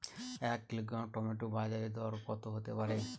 এক kilogram tomato বাজের দরকত হতে পারে?